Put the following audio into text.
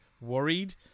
worried